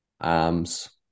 arms